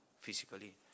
physically